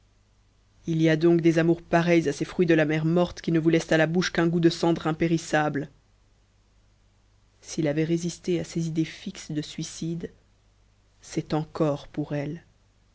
il y a donc des amours pareils à ces fruits de la mer morte qui ne vous laissent à la bouche qu'un goût de cendre impérissable s'il avait résisté à ses idées fixes de suicide c'est encore pour elle